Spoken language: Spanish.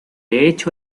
hecho